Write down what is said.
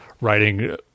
writing